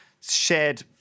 shared